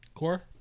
Core